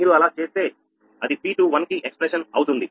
మీరు అలా చేస్తే అది P21 కి వ్యక్తీకరణ అవుతుంది